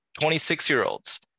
26-year-olds